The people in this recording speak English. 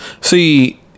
see